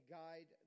guide